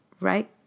right